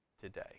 today